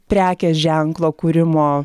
prekės ženklo kūrimo